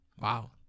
Wow